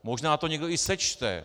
Možná to někdo i sečte.